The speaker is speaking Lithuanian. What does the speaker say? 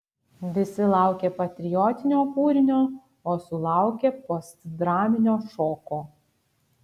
visi laukė patriotinio kūrinio o sulaukė postdraminio šoko